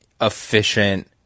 efficient